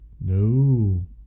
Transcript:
no